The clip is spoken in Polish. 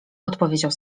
odpowiedział